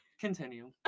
Continue